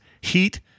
Heat